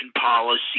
policy